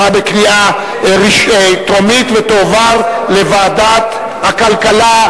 לדיון מוקדם בוועדת החוקה,